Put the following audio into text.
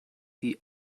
die